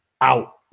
out